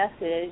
message